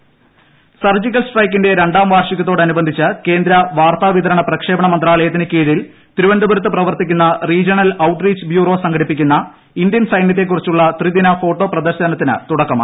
ട്ടടടടടടടടടടടടട surgical strike surgical സ്ട്രൈക്കിന്റെ രണ്ടാം വാർഷികത്തോടനുബന്ധിച്ച് കേന്ദ്ര വാർത്താ വിതരണ പ്രക്ഷേപണ മന്ത്രാലയത്തിന് കീഴിൽ തിരുവനന്തപുരത്ത് പ്രവർത്തിക്കുന്ന റീജ്യണൽ ഔട്ട് റീച്ച് ബ്യൂറോ സംഘടിപ്പിക്കുന്ന ഇന്ത്യൻ സൈന്യത്തെക്രൂപിച്ചുള്ള ത്രിദിന ഫോട്ടോ പ്രദർശനത്തിന് തുടക്കമായി